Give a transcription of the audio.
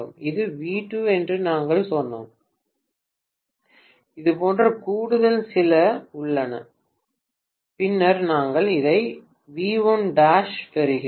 இது V2 என்று நாங்கள் சொன்னோம் இது போன்ற கூடுதல் சில உள்ளன பின்னர் நாங்கள் இதை V1 டாஷ பெறுகிறோம்